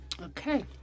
Okay